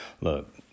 Look